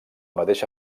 mateixa